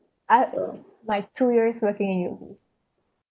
I've my two years working in U_O_B